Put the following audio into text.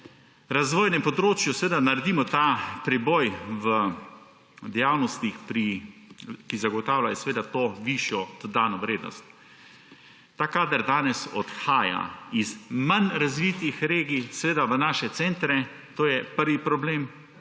na razvojnem področju naredimo preboj v dejavnostih, ki zagotavljajo to višjo dodano vrednost. Ta kader danes odhaja iz manj razvitih regij v naše centre. To je prvi problem,